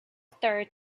third